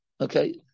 Okay